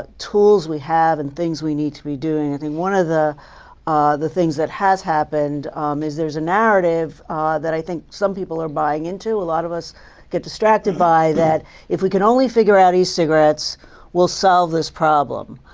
ah tools we have and things we need to be doing. i think one of the the things that has happened is, there's a narrative that i think some people are buying into, a lot of us get distracted by, that if we could only figure out e-cigarettes we'll solve this problem,